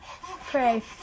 pray